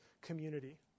community